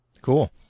Cool